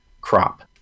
crop